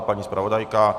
Paní zpravodajka?